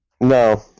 No